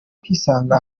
kwisanga